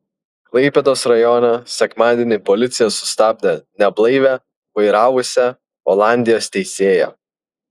klaipėdos rajone sekmadienį policija sustabdė neblaivią vairavusią olandijos teisėją